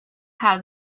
have